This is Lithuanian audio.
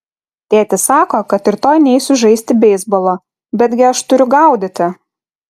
tėtis sako kad rytoj neisiu žaisti beisbolo betgi aš turiu gaudyti